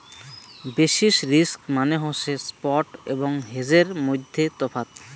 basis risk মানে হসে spot এবং হেজের মইধ্যে তফাৎ